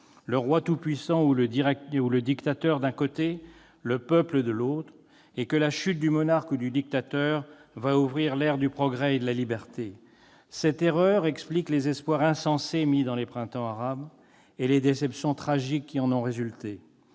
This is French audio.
le roi tout-puissant ou le dictateur d'un côté, le peuple de l'autre, et que la chute du monarque ou du dictateur va ouvrir l'ère du progrès et de la liberté. Cette erreur explique les espoirs insensés mis dans les printemps arabes et les déceptions tragiques qui en ont résulté.